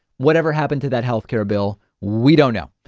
whatever happened to that health care bill? we don't know.